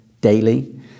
daily